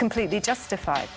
completely justified